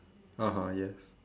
(uh huh) yes